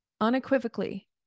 unequivocally